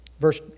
Verse